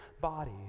body